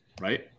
right